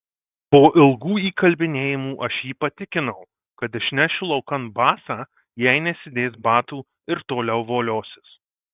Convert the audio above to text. po ilgų įkalbinėjimų aš jį patikinau kad išnešiu laukan basą jei nesidės batų ir toliau voliosis